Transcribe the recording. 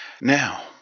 Now